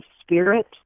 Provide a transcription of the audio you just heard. spirit